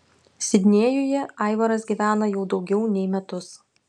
sidnėjuje aivaras gyvena jau daugiau nei metus